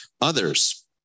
others